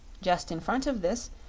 just in front of this,